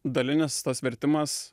dalinis tas vertimas